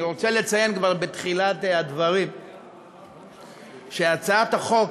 אני רוצה לציין כבר בתחילת הדברים שהצעת החוק,